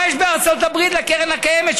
מה יש בארצות הברית לקרן הקיימת,